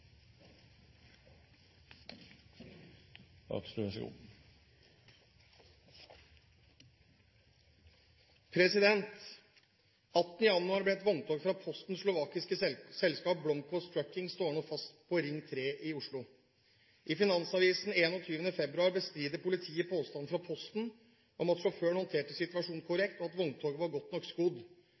januar ble et vogntog fra Postens slovakiske selskap Blomquist Trucking stående fast på Ring 3 i Oslo. I Finansavisen 21. februar bestrider politiet påstander fra Posten om at sjåføren håndterte situasjonen korrekt, og at vogntoget var godt nok skodd.